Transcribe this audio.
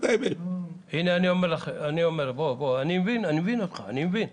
אני מבין אותך.